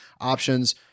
options